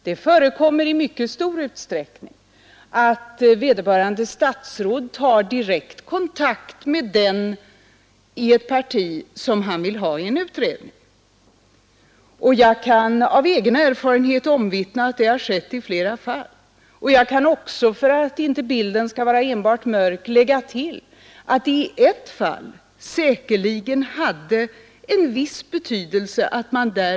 Det förekommer i mycket stor utsträckning att vederbörande statsråd tar direkt kontakt med den i ett parti som han vill ha i en utredning, och jag tycker det är ett felaktigt system.